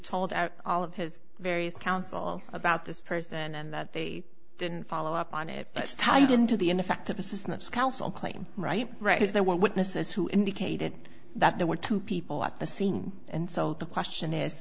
out all of his various counsel about this person and that they didn't follow up on it that's tied into the ineffective assistance of counsel claim right right is there were witnesses who indicated that there were two people at the scene and so the question is